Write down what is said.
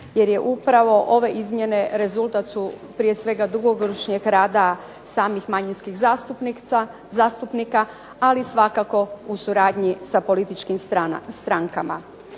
jer su upravo ove izmjene rezultat su prije svega dugogodišnjeg rada samih manjinskih zastupnika ali svakako u suradnji sa političkim strankama.